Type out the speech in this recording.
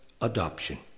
adoption